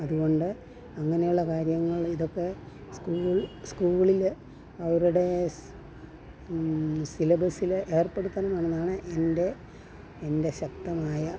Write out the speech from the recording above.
അതുകൊണ്ട് അങ്ങനെയുള്ള കാര്യങ്ങൾ ഇതൊക്കെ സ്കൂൾ സ്കൂളിൽ അവരുടെ സിലബസിൽ ഏർപ്പെടുത്തണമെന്നാണ് എൻ്റെ എൻ്റെ ശക്തമായ